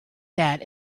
sat